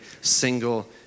single